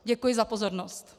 Děkuji za pozornost.